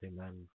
amen